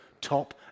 top